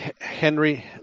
Henry